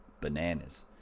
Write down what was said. bananas